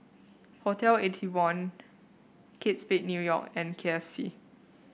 Hotel Eighty One Kate Spade New York and K F C